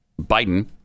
Biden